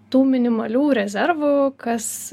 tų minimalių rezervų kas